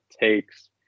takes